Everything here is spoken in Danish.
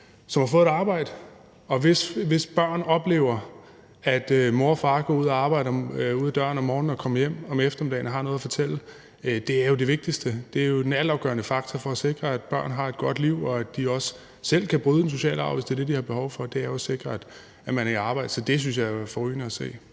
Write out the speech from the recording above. som har fået et arbejde, og hvis børn oplever, at mor og far går ud af døren om morgenen og går på arbejde og kommer hjem om eftermiddagen og har noget at fortælle. Det er jo det vigtigste. Det er den altafgørende faktor for at sikre, at børn har et godt liv, og at de også selv kan bryde den sociale arv, hvis det er det, de har behov for. Det er jo, at man er i arbejde, så det synes jeg er forrygende at se.